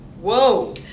whoa